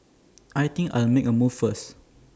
I think I'll make A move first